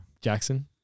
Jackson